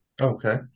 Okay